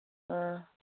ꯑꯥꯥ